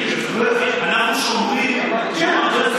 אז לכן, זה רק מגביר את החשד, מגביר את